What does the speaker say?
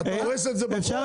רגע,